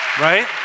Right